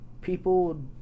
people